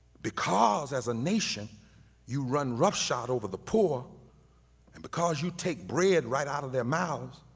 because as a nation you run roughshod over the poor and because you take bread right out of their mouths,